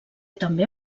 també